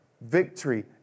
victory